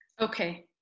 Okay